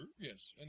yes